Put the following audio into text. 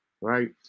right